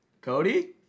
Cody